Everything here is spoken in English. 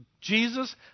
Jesus